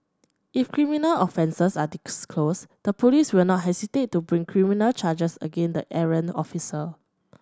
if criminal offences are disclosed the police will not hesitate to bring criminal charges against the errant officer